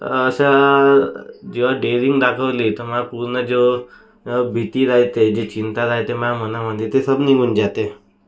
अशा जेव्हा डेअरिंग दाखवली तर मग पूर्ण जो भीती राहते जी चिंता राहते माह्या मनामध्ये ती सब निघून जाते